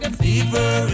fever